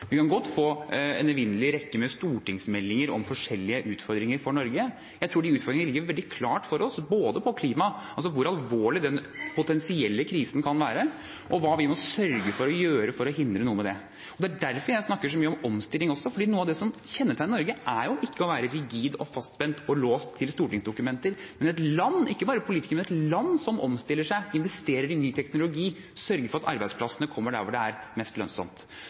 Vi kan godt få en evinnelig rekke med stortingsmeldinger om forskjellige utfordringer for Norge. Jeg tror de utfordringene ligger veldig klart for oss når det gjelder både klima, altså hvor alvorlig den potensielle krisen kan være, og hva vi må sørge for å gjøre for å hindre dette. Det er derfor jeg snakker så mye om omstilling, for noe av det som kjennetegner Norge, er ikke å være rigid og fastspent og låst til stortingsdokumenter, men et land – ikke bare politikere, men et land – som omstiller seg, investerer i ny teknologi, sørger for at arbeidsplassene kommer der hvor det er mest lønnsomt.